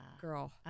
Girl